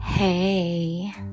Hey